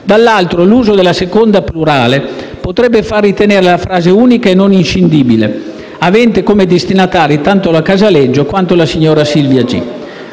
Dall'altro lato, l'uso della seconda persona plurale potrebbe far ritenere la frase unica e non scindibile, avente come destinatari tanto la Casaleggio Associati Srl quanto la signora Silvia G.